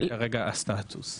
זה כרגע הסטטוס.